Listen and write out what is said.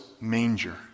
manger